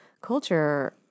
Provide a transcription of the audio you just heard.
culture